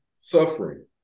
Suffering